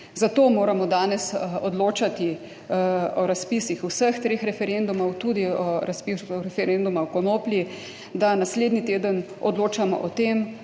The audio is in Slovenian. Zato moramo danes odločati o razpisih vseh treh referendumov, tudi o razpisu referenduma o konoplji - da naslednji teden odločamo o tem,